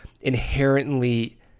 inherently